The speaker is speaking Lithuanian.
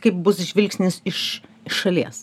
kaip bus žvilgsnis iš šalies